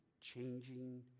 changing